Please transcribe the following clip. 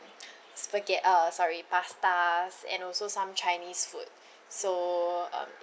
spaghe~ uh sorry pastas and also some chinese food so um